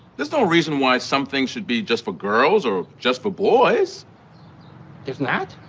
there's no reason why some things should be just for girls or just for boys there's not?